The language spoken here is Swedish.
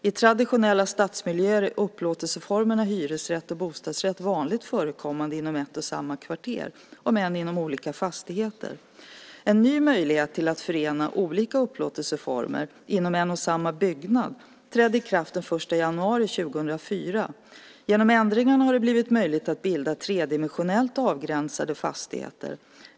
I traditionella stadsmiljöer är upplåtelseformerna hyresrätt och bostadsrätt vanligt förekommande inom ett och samma kvarter, om än inom olika fastigheter. En ny möjlighet att förena olika upplåtelseformer inom en och samma byggnad trädde i kraft den 1 januari 2004. Genom ändringarna har det blivit möjligt att bilda tredimensionellt avgränsade fastigheter.